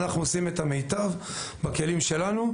אנחנו עושים את המיטב בכלים שלנו,